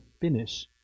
finish